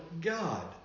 God